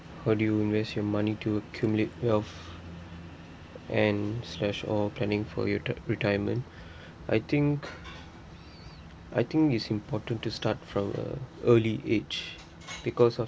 how do you invest your money to accumulate wealth and slash or planning for your re~ retirement I think I think it's important to start from a early age because of